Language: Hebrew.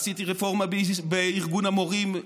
עשיתי רפורמה בארגון המורים,